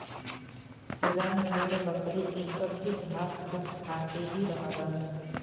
हिरन भेड़ बकरी इ सब भी घास फूस खा के ही रहलन